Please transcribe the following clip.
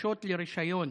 שהבקשות לרישיון